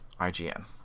IGN